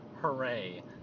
Hooray